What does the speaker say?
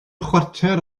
chwarter